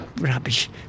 Rubbish